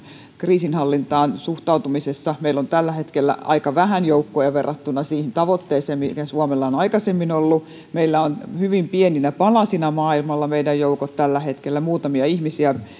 kriisinhallintaan suhtautumisessa meillä on tällä hetkellä aika vähän joukkoja verrattuna siihen tavoitteeseen mikä suomella on aikaisemmin ollut meillä on hyvin pieninä palasina maailmalla meidän joukkomme tällä hetkellä muutamia ihmisiä